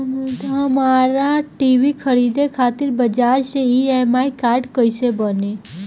हमरा टी.वी खरीदे खातिर बज़ाज़ के ई.एम.आई कार्ड कईसे बनी?